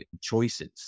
choices